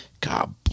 God